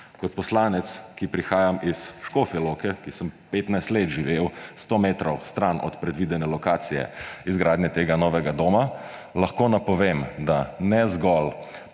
Kot poslanec, ki prihajam iz Škofje Loke, 15 let sem živel sto metrov stran od predvidene lokacije izgradnje tega novega doma, lahko napovem, da ne zgolj